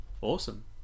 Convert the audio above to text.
awesome